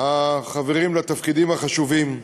החברים לתפקידים החשובים.